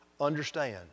understand